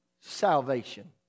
salvation